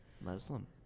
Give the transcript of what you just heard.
Muslim